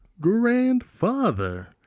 grandfather